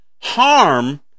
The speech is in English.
Harm